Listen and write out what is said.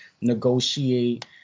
negotiate